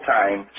time